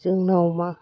जोंनाव मा